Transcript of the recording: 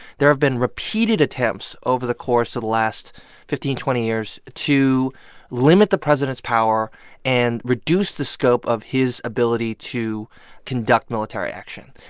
there have been repeated attempts over the course of the last fifteen, twenty years to limit the president's power and reduce the scope of his ability to conduct military action.